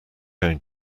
going